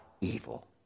evil